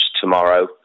tomorrow